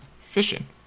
Fishing